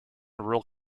rural